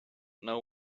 know